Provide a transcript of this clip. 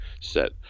set